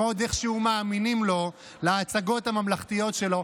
הם עוד איכשהו מאמינים לו, להצגות הממלכתיות שלו.